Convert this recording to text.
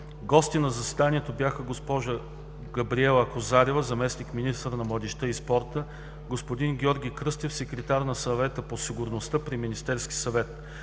Гости на заседанието бяха госпожа Габриела Козарева – заместник-министър на младежта и спорта, и господин Георги Кръстев – секретар на Съвета по сигурността при Министерския съвет.